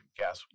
gas